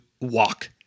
walk